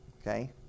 Okay